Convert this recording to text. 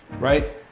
right?